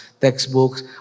Textbooks